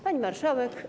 Pani Marszałek!